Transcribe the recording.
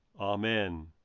Amen